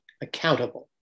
accountable